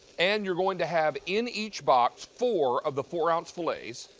and you're going to have in each box, four of the four ounce fillets.